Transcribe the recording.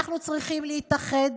אנחנו צריכים להתאחד.